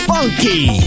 Funky